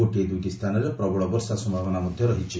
ଗୋଟିଏ ଦୁଇଟି ସ୍ରାନରେ ପ୍ରବଳ ବର୍ଷା ସମ୍ଭାବନା ରହିଛି